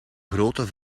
grootte